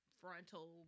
frontal